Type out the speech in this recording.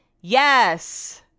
yes